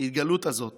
ההתגלות הזאת